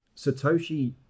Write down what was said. Satoshi